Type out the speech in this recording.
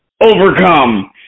overcome